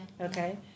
Okay